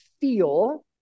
feel